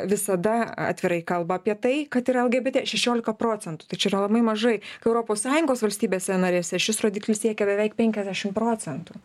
visada atvirai kalba apie tai kad yra lgbt šešiolika procentų tai čia yra labai mažai kai europos sąjungos valstybėse narėse šis rodiklis siekia beveik penkiasdešim procentų